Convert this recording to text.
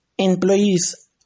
Employees